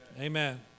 Amen